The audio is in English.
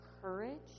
courage